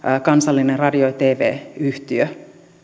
kansallinen radio ja tv yhtiö